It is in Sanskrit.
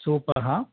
सूपः